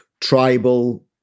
tribal